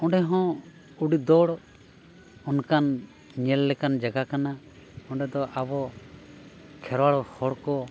ᱚᱸᱰᱮ ᱦᱚᱸ ᱟᱹᱰᱤ ᱫᱚᱲ ᱚᱱᱠᱟᱱ ᱧᱮᱞ ᱞᱮᱠᱟᱱ ᱡᱟᱭᱜᱟ ᱠᱟᱱᱟ ᱚᱸᱰᱮ ᱫᱚ ᱟᱵᱚ ᱠᱷᱮᱨᱚᱣᱟᱞ ᱦᱚᱲ ᱠᱚ